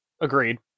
Agreed